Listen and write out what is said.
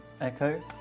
echo